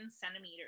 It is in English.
centimeters